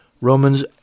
Romans